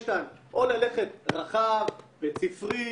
אפשר ללכת רחב, בית ספרי,